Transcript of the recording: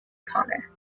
conner